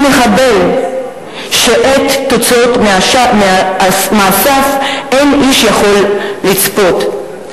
הוא מחבל שאת תוצאות מעשיו אין איש יכול לצפות.